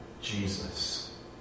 Jesus